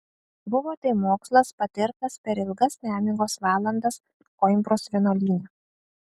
buvo tai mokslas patirtas per ilgas nemigos valandas koimbros vienuolyne